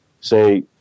say